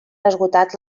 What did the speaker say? esgotat